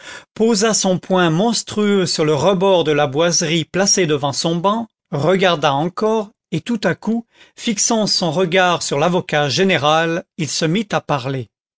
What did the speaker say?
posa son poing monstrueux sur le rebord de la boiserie placée devant son banc regarda encore et tout à coup fixant sont regard sur l'avocat général il se mit à parler